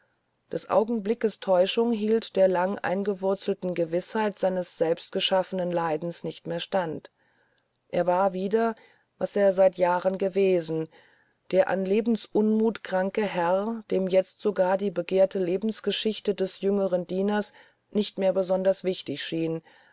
des augenblickes täuschung hielt der langeingewurzelten gewißheit seines selbstgeschaffenen leidens nicht mehr stand er war wieder was er seit jahren gewesen der an lebensunmuth krankende herr dem jetzt sogar die begehrte lebensgeschichte des jüngeren dieners nicht mehr besonders wichtig schien